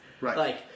Right